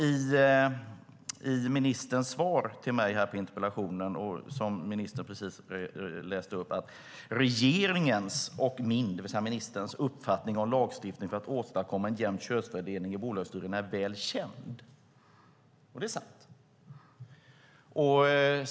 I sitt svar till mig säger ministern, och det står också i det skrivna svaret, att "regeringens - och min", det vill säga ministerns, "- uppfattning om lagstiftning för att åstadkomma en jämn könsfördelning i bolagsstyrelserna är väl känd". Det är sant.